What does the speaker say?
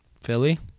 Philly